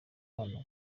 bana